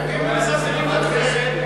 אם מזלזלים בכנסת,